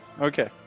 Okay